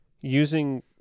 using